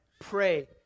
pray